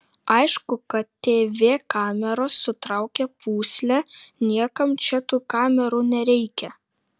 aišku kad tv kameros sutraukia pūslę niekam čia tų kamerų nereikia